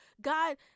God